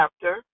chapter